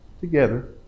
together